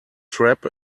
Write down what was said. trap